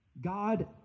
God